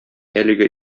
әлеге